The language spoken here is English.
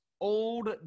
old